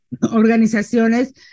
organizaciones